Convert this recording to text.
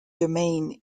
domain